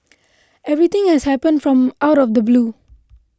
everything has happened from out of the blue